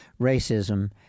racism